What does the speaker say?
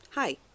Hi